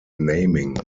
naming